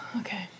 Okay